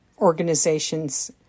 organizations